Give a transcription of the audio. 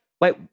wait